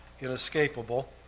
inescapable